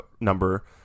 number